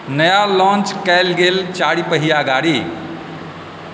नया लांच कयल गेल चारि पहिया गाड़ी